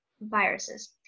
viruses